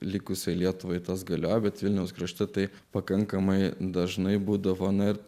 likusiai lietuvai tas galioja bet vilniaus krašte tai pakankamai dažnai būdavo na ir